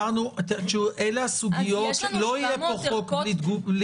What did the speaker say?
אז יש לנו 70 ערכות --- לא יהיה פה חוק בלי תשובה.